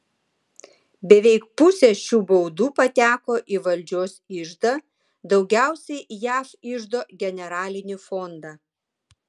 beveik pusė šių baudų pateko į valdžios iždą daugiausiai jav iždo generalinį fondą